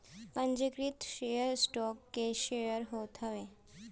पंजीकृत share stock के share होत हवे